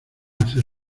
hacer